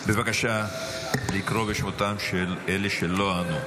בבקשה לקרוא בשמותיהם של אלו שלא ענו.